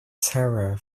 sarah